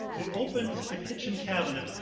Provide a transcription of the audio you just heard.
he opens the kitchen cabinet,